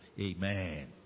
amen